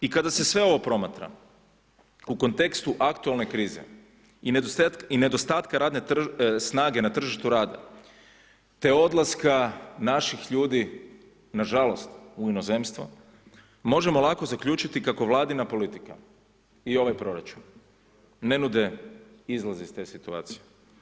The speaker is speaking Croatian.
I kada se sve ovo promatra u kontekstu aktualne krize i nedostatka radne snage na tržištu rada te odlaska naših ljudi nažalost u inozemstvo možemo lako zaključiti kao Vladina politika i ovaj proračun ne nude izlaz iz te situacije.